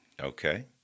Okay